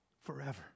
forever